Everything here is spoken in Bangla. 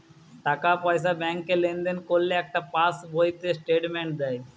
টাকা পয়সা ব্যাংকে লেনদেন করলে একটা পাশ বইতে স্টেটমেন্ট দেয়